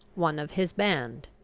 one of his band.